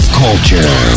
culture